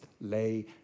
lay